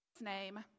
name